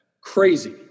crazy